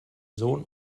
sohn